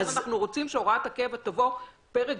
לכן אנחנו רוצים שהוראת הקבע תבוא פרק